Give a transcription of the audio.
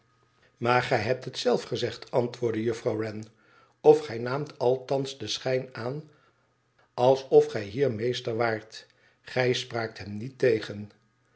maar gij hebt het zelf gezegd antwoordde juffrouw wren of gij naamt althans den schijn aan alsof gij hier meester waart gijspraisit hem niet tegen